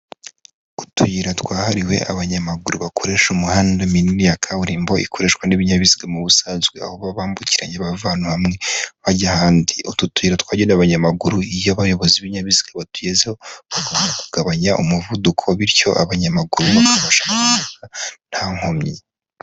Utuyira twahariwe abanyamaguru bakoresha umuhanda minini ya kaburimbo ikoreshwa n'ibinyabiziga mu busanzwe aho bambukiranya bavana hamwe bajya ahandi, utu tuyira twagene abanyamaguru iyo abayobozi b'ibinyabiziga batugezehogomba kugabanya umuvuduko bityo abanyamaguru bifashisha mu muhanda nta nkomyi.